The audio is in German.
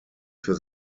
für